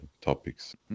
topics